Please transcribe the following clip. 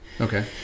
Okay